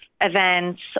events